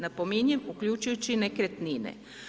Napominjem, uključujući nekretnine.